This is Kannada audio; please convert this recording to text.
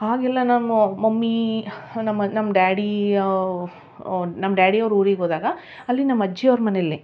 ಆಗೆಲ್ಲ ನಮ್ಮ ಮಮ್ಮೀ ನಮ್ಮ ನಮ್ಮ ಡ್ಯಾಡೀ ನಮ್ಮ ಡ್ಯಾಡಿ ಅವ್ರ ಊರಿಗೆ ಹೋದಾಗ ಅಲ್ಲಿ ನಮ್ಮ ಅಜ್ಜಿ ಅವ್ರ ಮನೆಯಲ್ಲಿ